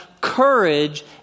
courage